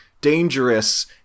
dangerous